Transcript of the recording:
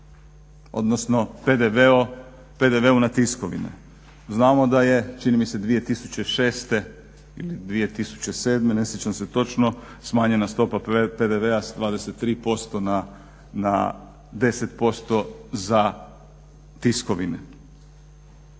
odnosno PDV-u na tiskovine. Znamo da je čini mi se 2006. ili 2007. ne sjećam se točno smanjena stopa PDV-a sa 23% na 10% za tiskovine.